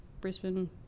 Brisbane